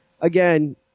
again